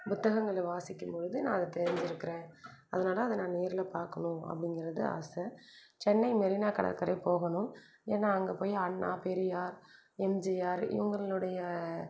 புத்தகங்களை வாசிக்கும் பொழுது நான் அதை தேர்ந்தெடுக்கிறேன் அதனால் அதை நான் நேரில் பார்க்கணும் அப்படிங்கறது ஆசை சென்னை மெரினா கடற்கரை போகணும் ஏன்னால் அங்கே போய் அண்ணா பெரியார் எம்ஜிஆர் இவர்களுடைய